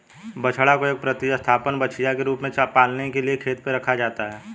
बछड़ा को एक प्रतिस्थापन बछिया के रूप में पालने के लिए खेत पर रखा जाता है